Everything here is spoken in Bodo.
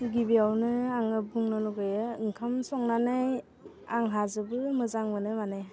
गिबियावनो आङो बुंनो लुगैयो ओंखाम संनानै आंहा जोबोद मोजां मोनो माने